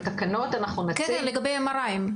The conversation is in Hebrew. בתקנות אנחנו נציג --- כן, לגבי מכשירים.